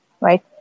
right